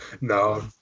No